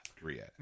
Korea